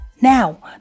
Now